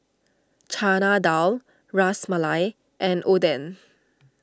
Chana Dal Ras Malai and Oden